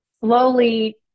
slowly